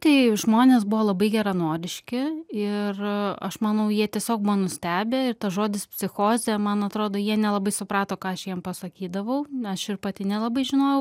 tai žmonės buvo labai geranoriški ir aš manau jie tiesiog buvo nustebę ir tas žodis psichozė man atrodo jie nelabai suprato ką aš jiem pasakydavau aš ir pati nelabai žinojau